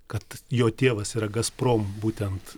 kad jo tėvas yra gazprom būtent